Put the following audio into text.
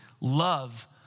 love